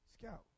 Scout